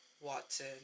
Watson